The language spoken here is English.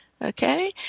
Okay